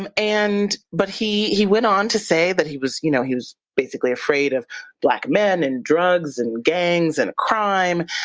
and and but he he went on to say that he was you know he was basically afraid of black men and drugs and gangs and crime.